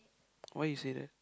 why you say that